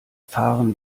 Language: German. fahren